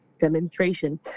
demonstration